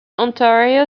ontario